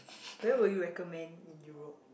where will you recommend in Europe